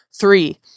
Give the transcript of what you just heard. Three